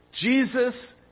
Jesus